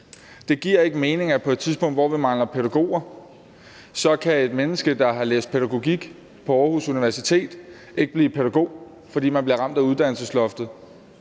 Det giver ikke mening på et tidspunkt, hvor vi mangler pædagoger, at et menneske, der har læst pædagogik på Aarhus Universitet, ikke kan blive pædagog, fordi vedkommende bliver ramt af uddannelsesloftet.